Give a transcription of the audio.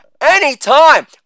anytime